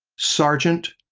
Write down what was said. sargent,